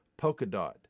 Polkadot